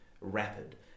rapid